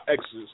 exes